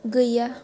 गैया